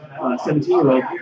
17-year-old